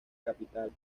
capital